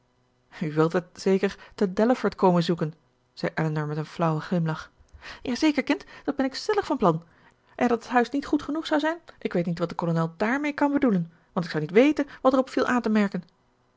u wilt het zeker te delaford komen zoeken zei elinor met een flauwen glimlach ja zeker kind dat ben ik stellig van plan en dat het huis niet goed genoeg zou zijn ik weet niet wat de kolonel dààrmee kan bedoelen want ik zou niet weten wat erop viel aan te merken